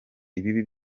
ibibi